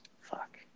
Fuck